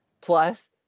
plus